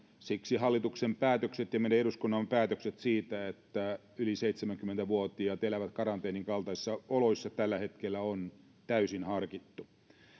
siksi hallituksen päätökset ja meidän eduskunnan päätökset siitä että yli seitsemänkymmentä vuotiaat elävät karanteenin kaltaisissa oloissa tällä hetkellä on täysin harkittu